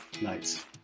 Nice